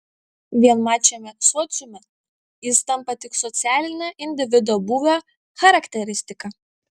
vienmačiame sociume jis tampa tik socialine individo būvio charakteristika